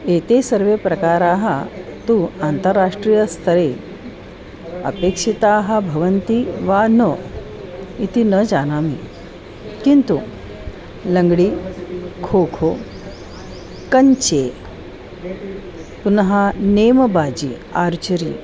एते सर्वे प्रकाराः तु अन्ताराष्ट्रीयस्तरे अपेक्षिताः भवन्ति वा न इति न जानामि किन्तु लङ्ग्डी खोखो कञ्चे पुनः नेमबाजि आर्छरी